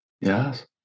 yes